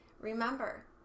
Remember